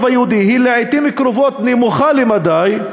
היהודי היא לעתים קרובות נמוכה למדי,